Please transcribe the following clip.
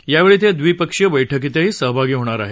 यावेळी ते द्विपक्षीय बैठकीतही सहभागी होणार आहेत